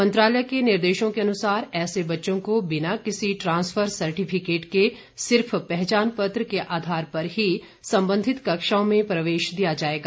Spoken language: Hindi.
मंत्रालय के निर्देशों के अनुसार ऐसे बच्चों को बिना किसी ट्रांसफर सर्टिफिकेट के सिर्फ पहचान पत्र के आधार पर ही सम्बंधित कक्षाओं में प्रवेश दिया जाएगा